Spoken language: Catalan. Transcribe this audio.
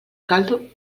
caldo